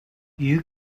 you